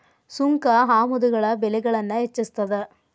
ಸುಂಕ ಆಮದುಗಳ ಬೆಲೆಗಳನ್ನ ಹೆಚ್ಚಿಸ್ತದ